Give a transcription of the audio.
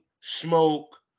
smoke